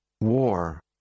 war